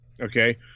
Okay